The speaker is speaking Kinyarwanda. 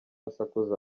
asakuza